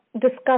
discuss